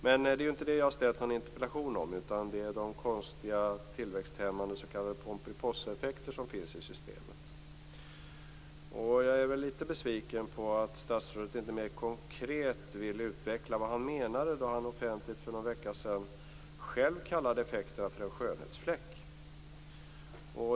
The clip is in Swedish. Men det är inte det jag har framställt interpellationen om, utan det är om de konstiga tillväxthämmande s.k. Pomperipossaeffekter som finns i systemet. Jag är lite besviken på att statsrådet inte mer konkret vill utveckla vad han menade då han offentligt för någon veckan sedan själv kallade effekterna en skönhetsfläck.